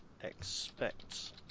expects